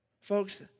Folks